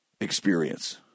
experience